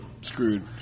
screwed